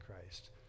Christ